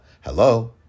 hello